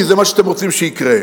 כי זה מה שאתם רוצים שיקרה,